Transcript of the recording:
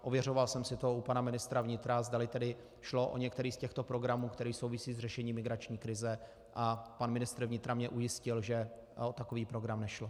Ověřoval jsem si to u pana ministra vnitra, zdali šlo o některý z těchto programů, který souvisí s řešením migrační krize, a pan ministr vnitra mě ujistil, že o takový program nešlo.